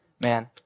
man